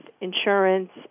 insurance